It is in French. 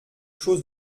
chose